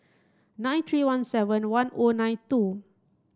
nine three one seven one O nine two